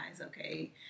okay